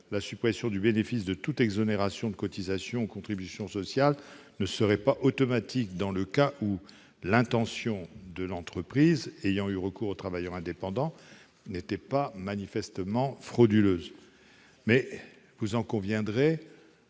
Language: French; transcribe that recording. la suppression du bénéfice de toute exonération de cotisations ou contributions sociales, ne serait pas automatique dans le cas où l'intention de l'entreprise ayant eu recours au travailleur indépendant n'est pas manifestement frauduleuse. Cependant, vous en conviendrez,